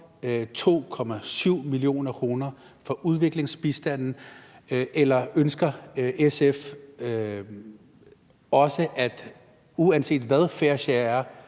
2,7 mia. kr. fra udviklingsbistanden, eller ønsker SF også, uanset hvad fair share er,